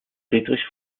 friedrich